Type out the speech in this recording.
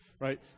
right